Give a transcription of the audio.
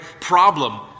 problem